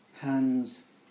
hands